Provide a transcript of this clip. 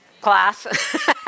Class